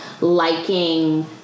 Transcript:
liking